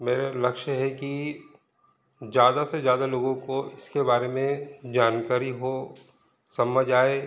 मेरे लक्ष्य है कि ज़्यादा से ज़्यादा लोगों को इसके बारे में जानकारी हो समझ आए